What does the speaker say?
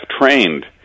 trained